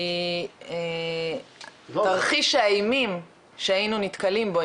כי תרחיש האימים שהיינו נתקלים בו,